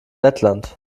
lettland